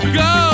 go